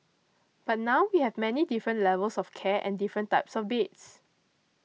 but now we have many different levels of care and different types of beds